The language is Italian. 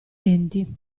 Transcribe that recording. denti